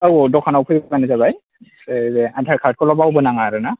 औ औ दखानाव फैबानो जाबाय आधार कार्दखौल' बावबोनाङा आरो ना